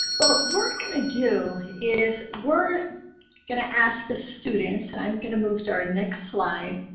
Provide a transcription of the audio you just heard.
sort of we're going to do is we're going to ask the students and i'm going to move to our next slide.